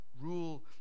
rule